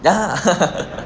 ya